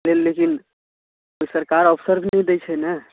लेकिन सरकार अवसर भी नहि दय छै ने